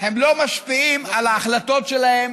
הם לא משפיעים על ההחלטות שלהם